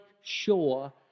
sure